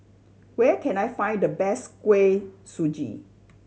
where can I find the best Kuih Suji